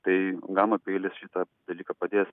tai gama peilis šitą dalyką padės